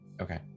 Okay